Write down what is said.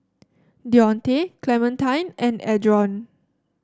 Dionte Clementine and Adron